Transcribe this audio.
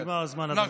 עבר הזמן, אדוני.